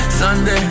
Sunday